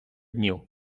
днів